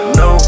no